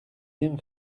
bien